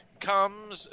comes